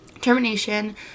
termination